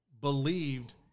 believed